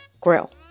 grill